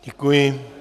Děkuji.